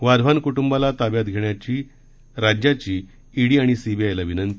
वाधवान कुटुंबाला ताब्यात घेण्याची राज्याची ईडी आणि सीबीआयला विनंती